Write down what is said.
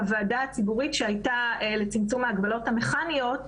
הוועדה הציבורית שהייתה לצמצום ההגבלות המכניות,